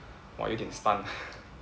我有一点 stun